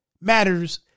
matters